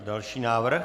Další návrh.